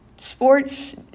sports